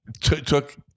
took